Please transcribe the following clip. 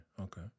okay